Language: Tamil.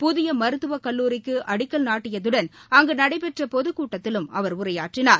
புதிய மருத்துவ கல்லூரிக்கு அடிக்கல்நாட்டியதுடன் அங்கு நடைபெற்ற பொதுக் கூட்டத்திலும் அவர் உரையாற்றினார்